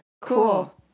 Cool